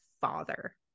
father